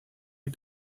are